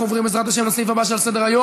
אנחנו עוברים, בעזרת השם, לסעיף הבא שעל סדר-היום: